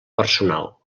personal